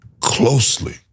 closely